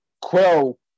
Quill